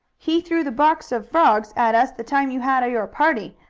he threw the box of frogs at us the time you had your party.